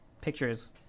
pictures